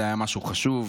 זה היה משהו חשוב.